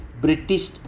British